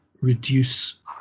reduce